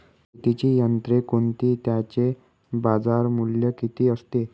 शेतीची यंत्रे कोणती? त्याचे बाजारमूल्य किती असते?